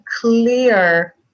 clear